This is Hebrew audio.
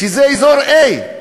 שזה אזור A,